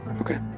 Okay